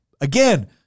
Again